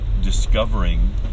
discovering